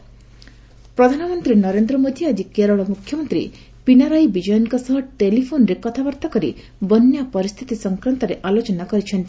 PM Kerala ପ୍ରଧାନମନ୍ତ୍ରୀ ନରେନ୍ଦ୍ର ମୋଦି ଆଜି କେରଳ ମୁଖ୍ୟମନ୍ତ୍ରୀ ପିନାରାୟି ବିଜୟନ୍ଙ୍କ ସହ ଟେଲିଫୋନ୍ରେ କଥାବାର୍ଭା କରି ବନ୍ୟା ପରିସ୍ଥିତି ସଂକ୍ରାନ୍ତରେ ଆଲୋଚନା କରିଛନ୍ତି